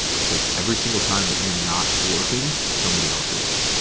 because every single time that you're not working somebody else's,